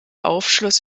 aufschluss